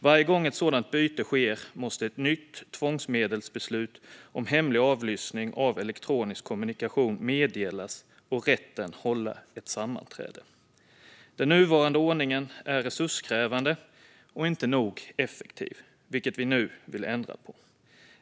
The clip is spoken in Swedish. Varje gång ett sådant byte sker måste ett nytt tvångsmedelsbeslut om hemlig avlyssning av elektronisk kommunikation meddelas, och rätten måste hålla ett sammanträde. Den nuvarande ordningen är resurskrävande och inte nog effektiv, vilket vi nu vill ändra på.